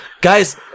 guys